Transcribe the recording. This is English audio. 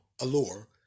allure